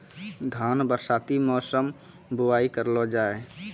धान बरसाती मौसम बुवाई करलो जा?